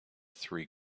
three